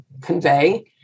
convey